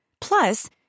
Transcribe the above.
Plus